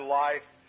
life